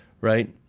right